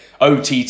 OTT